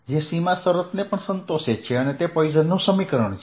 જે સીમા શરતને સંતોષે છે અને તે પોઇસનનું સમીકરણ છે